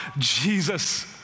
Jesus